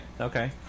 Okay